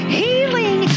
healing